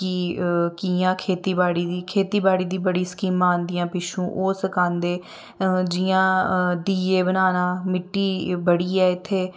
कि कि'यां खेतीबाड़ी दी खेतीबाड़ी दी बड़ी स्कीमां आंदियां पिच्छुं ओह् सखांदे जियां दीये बनाना मिट्टी बड़ी ऐ इत्थे